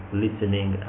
listening